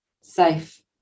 safe